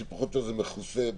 שפחות או יותר מכוסה מקודם.